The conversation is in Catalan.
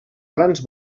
grans